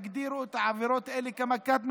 תגדירו את העבירות האלה כמכת מדינה.